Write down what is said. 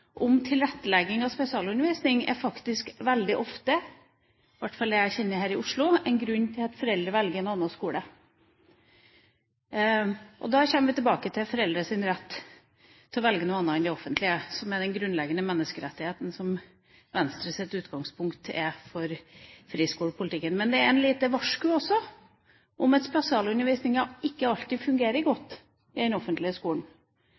om tilrettelegging av spesialundervisning er faktisk veldig ofte – i hvert fall det jeg kjenner til her i Oslo – en grunn til at foreldre velger en annen skole. Da kommer vi tilbake til foreldres rett til å velge noe annet enn det offentlige, som er den grunnleggende menneskerettigheten som er Venstres utgangspunkt for friskolepolitikken. Det er også et lite varsku om at spesialundervisningen ikke alltid fungerer godt i den offentlige skolen.